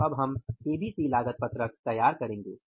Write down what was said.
तो अब हम एबीसी लागत पत्रक तैयार करेंगे